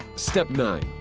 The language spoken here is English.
step nine.